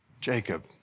Jacob